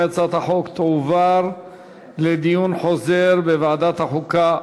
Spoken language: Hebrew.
הצעת החוק תוחזר לוועדת החוקה,